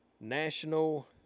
national